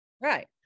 Right